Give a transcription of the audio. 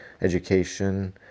Education